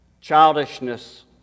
childishness